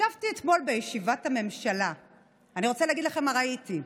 "ישבתי אתמול בישיבת הממשלה ואני רוצה להגיד לכם מה ראיתי: